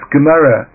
Gemara